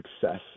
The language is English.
success